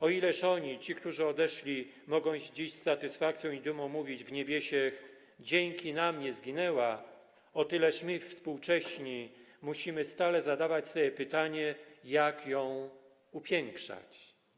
O ile oni, ci, którzy odeszli, mogą dziś z satysfakcją i dumą mówić w niebiesiech: dzięki nam nie zginęła, o tyle my, współcześni, musimy stale zadawać sobie pytanie: Jak ją upiększać?